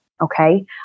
Okay